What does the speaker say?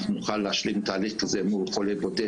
אנחנו נוכל להשלים תהליך כזה מול חולה בודד